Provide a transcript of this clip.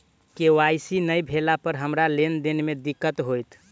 KYC नै भेला पर हमरा लेन देन मे दिक्कत होइत?